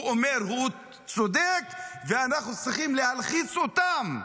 אומרים: הוא צודק, ואנחנו צריכים להלחיץ אותם,